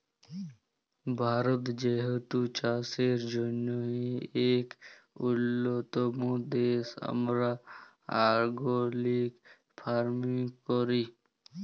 ভারত যেহেতু চাষের জ্যনহে ইক উল্যতম দ্যাশ, আমরা অর্গ্যালিক ফার্মিংও ক্যরি